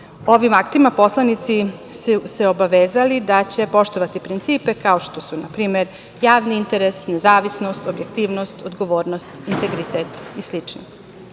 aktima poslanici su se obavezali da će poštovati principe, kao što su na primer: javni interes, nezavisnost, objektivnost, odgovornost, integritet i